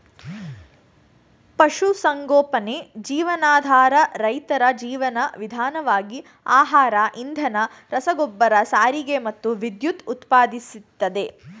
ಪಶುಸಂಗೋಪನೆ ಜೀವನಾಧಾರ ರೈತರ ಜೀವನ ವಿಧಾನವಾಗಿ ಆಹಾರ ಇಂಧನ ರಸಗೊಬ್ಬರ ಸಾರಿಗೆ ಮತ್ತು ವಿದ್ಯುತ್ ಉತ್ಪಾದಿಸ್ತದೆ